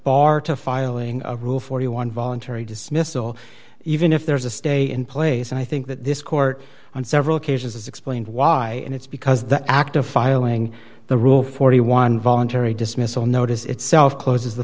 bar to filing a rule forty one voluntary dismissal even if there is a stay in place and i think that this court on several occasions has explained why and it's because the act of filing the rule forty one dollars voluntary dismissal notice itself closes the